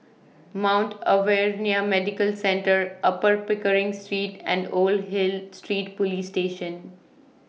Mount Alvernia Medical Centre Upper Pickering Street and Old Hill Street Police Station